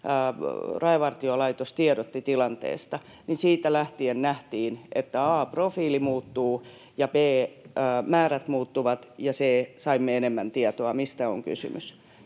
Rajavartiolaitos tiedotti tilanteesta, nähtiin, että a) profiili muuttuu ja b) määrät muuttuvat ja c) saimme enemmän tietoa, mistä on kysymys.